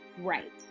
Right